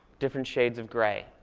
different shades of gray.